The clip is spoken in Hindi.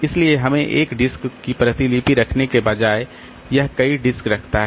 इसलिए हमें एक डिस्क की प्रतिलिपि रखने के बजाय यह कई डिस्क रखता है